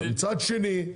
מצד שני,